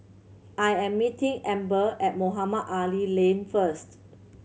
I am meeting Amber at Mohamed Ali Lane first